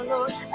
Lord